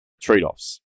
trade-offs